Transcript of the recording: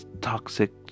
toxic